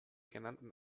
genannten